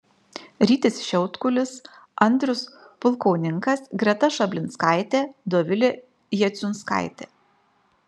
rytis šiautkulis andrius pulkauninkas greta šablinskaitė dovilė jaciunskaitė